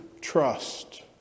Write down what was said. trust